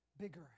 bigger